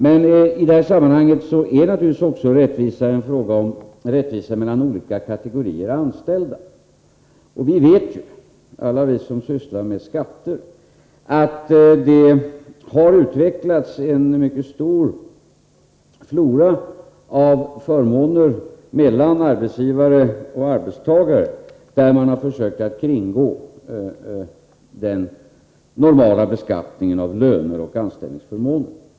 Men i det här sammanhanget är naturligtvis rättvisan också en fråga om rättvisa mellan olika kategorier anställda. Vi vet, alla vi som sysslar med skatter, att det har utvecklats en mycket stor flora av förmåner mellan arbetsgivare och arbetstagare, där man har försökt att kringgå den normala beskattningen av löner och anställningsförmåner.